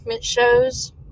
shows